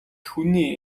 хүний